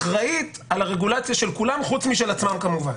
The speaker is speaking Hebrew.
שאחראית על הרגולציה של כולם חוץ משל עצמם כמובן.